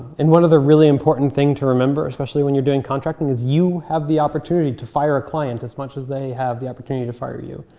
and one other really important thing to remember, especially when you're doing contracting is, you have the opportunity to fire a client as much as they have the opportunity to fire you.